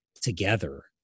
together